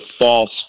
false